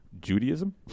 Judaism